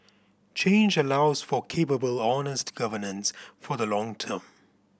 change allows for capable honest governance for the long term